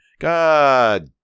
God